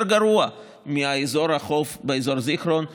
גרוע מבאזור החוף באזור זיכרון ובירושלים.